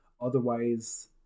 otherwise